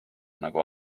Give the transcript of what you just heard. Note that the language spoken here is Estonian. nagu